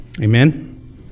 Amen